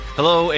Hello